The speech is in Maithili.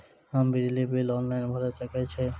हम बिजली बिल ऑनलाइन भैर सकै छी?